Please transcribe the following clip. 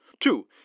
Two